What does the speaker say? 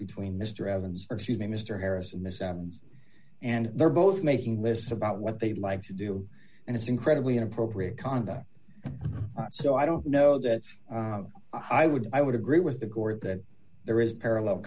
evans excuse me mr harris and miss evans and they're both making lists about what they like to do and it's incredibly inappropriate conduct so i don't know that i would i would agree with the court that there is parallel